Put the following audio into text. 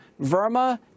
Verma